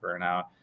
burnout